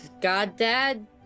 God-Dad